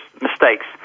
mistakes